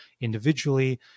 individually